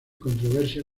controversia